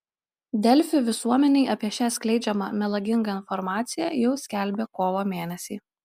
delfi visuomenei apie šią skleidžiamą melagingą informaciją jau skelbė kovo mėnesį